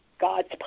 God's